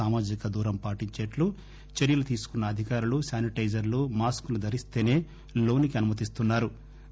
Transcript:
సామాజిక దూరం పాటించేట్లు చర్యలు తీసుకున్న అధికారులు శానిటైజర్లు మాస్కులు ధరిస్తేసే లోనికి అనుమతిస్తున్నా రు